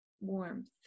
warmth